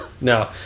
No